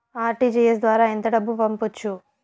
RTGS ద్వారా ఎంత డబ్బు పంపొచ్చు?